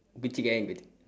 gucci gang